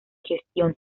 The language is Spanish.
gestión